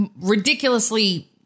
ridiculously